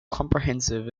comprehensive